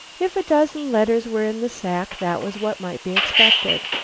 if a dozen letters were in the sack, that was what might be expected.